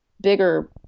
bigger